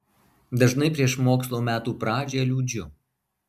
dažnai prieš mokslo metų pradžią liūdžiu